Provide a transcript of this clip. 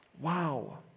Wow